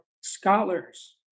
scholars